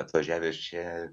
atvažiavęs čia